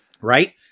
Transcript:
right